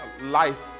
Life